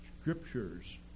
scriptures